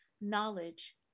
knowledge